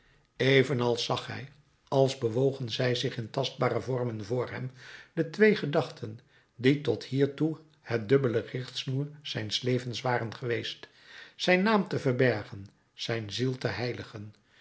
eveneens zag hij en als bewogen zij zich in tastbare vormen voor hem de twee gedachten die tot hiertoe het dubbele richtsnoer zijns levens waren geweest zijn naam te verbergen zijn ziel te heiligen